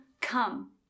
come